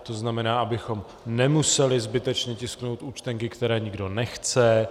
To znamená, abychom nemuseli zbytečně tisknout účtenky, které nikdo nechce.